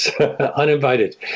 uninvited